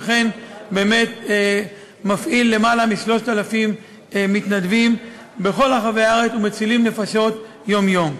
שאכן באמת מפעיל בכל רחבי הארץ למעלה מ-3,000 שמצילים נפשות יום-יום.